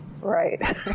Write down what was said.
Right